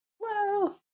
Hello